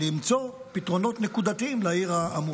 למצוא פתרונות נקודתיים לעיר האמורה.